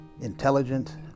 intelligent